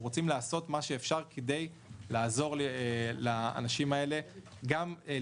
רוצים לעשות מה שאפשר כדי לעזור לאנשים האלה להשתלב.